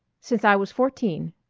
since i was fourteen.